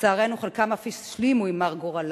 לצערנו, חלקם אף השלימו עם מר גורלם.